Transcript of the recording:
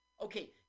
Okay